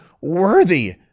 worthy